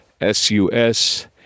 S-U-S